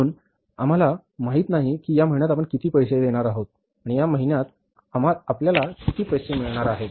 म्हणून आम्हाला माहित नाही की या महिन्यात आपण किती पैसे देणार आहोत आणि या महिन्यात आपल्याला किती पैसे मिळणार आहेत